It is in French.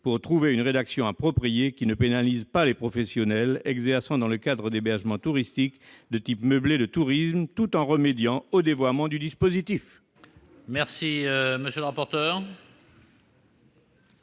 pour trouver une rédaction appropriée, ne pénalisant pas les professionnels exerçant dans le cadre d'hébergements touristiques tels que les meublés de tourisme, tout en remédiant au dévoiement du dispositif. Quel est l'avis de